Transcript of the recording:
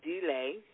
delay